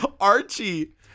Archie